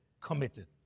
committed